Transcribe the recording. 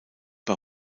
bei